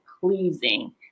pleasing